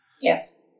Yes